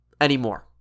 anymore